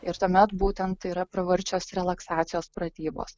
ir tuomet būtent tai yra pravarčios relaksacijos pratybos